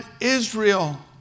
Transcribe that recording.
Israel